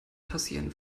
passieren